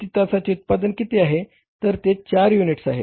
प्रती तासाचे उत्पादन किती आहे तर ते 4 युनिट्स आहेत